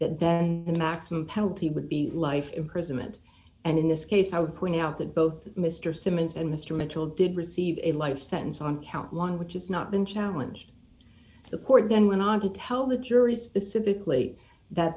that then the maximum penalty would be life imprisonment and in this case i would point out that both mr simmons and mr mitchell did receive a life sentence on count one which has not been challenge the court then went on to tell the jury specifically that